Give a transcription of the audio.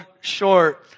short